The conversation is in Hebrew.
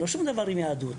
אין לו שום דבר עם יהדות.